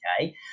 okay